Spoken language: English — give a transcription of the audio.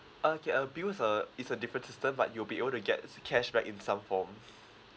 okay uh bills uh is a different system but you'll be ought to get cashback in some forms